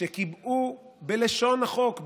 שקיבעו בלשון החוק,